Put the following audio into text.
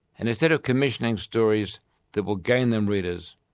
and instead of commissioning stories that will gain them readers,